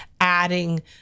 adding